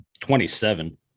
27